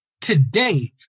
Today